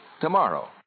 tomorrow